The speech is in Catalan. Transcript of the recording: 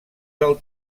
del